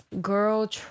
girl